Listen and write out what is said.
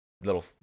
little